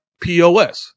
POS